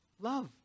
Love